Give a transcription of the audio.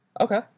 Okay